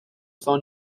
phone